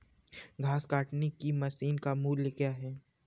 घास काटने की मशीन का मूल्य क्या है?